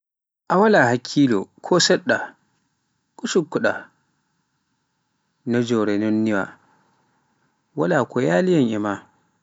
A wala hakkilo ko seɗɗa, ko cukkuɗa, najore nonniwa, wala koyaki yam e maa.